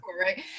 right